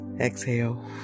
Exhale